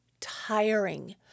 tiring